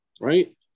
right